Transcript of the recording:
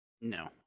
No